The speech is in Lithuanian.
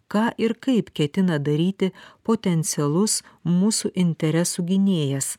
ką ir kaip ketina daryti potencialus mūsų interesų gynėjas